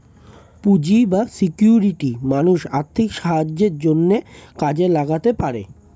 পুঁজি বা সিকিউরিটি মানুষ আর্থিক সাহায্যের জন্যে কাজে লাগাতে পারে